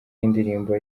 y’indirimbo